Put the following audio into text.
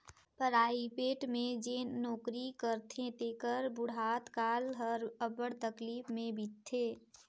private में जेन नउकरी करथे तेकर बुढ़त काल हर अब्बड़ तकलीफ में बीतथे